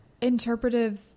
interpretive